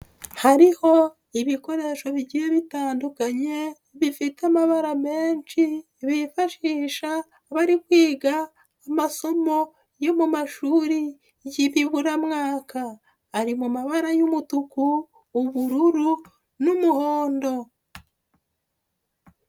Hariho ibikoresho bigiye bitandukanye, bifite amabara menshi, bifashisha bari kwiga amasomo yo mu mashuri y'ibiburamwaka. Ari mu mabara y'umutuku, ubururu n'umuhondo.